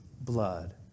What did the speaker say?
blood